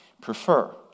prefer